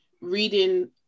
reading